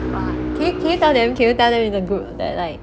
!wah! can you can you tell them in the group that like